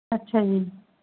ਅੱਛਾ ਜੀ